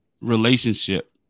relationship